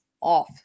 off